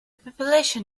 population